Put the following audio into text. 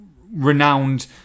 renowned